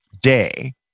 day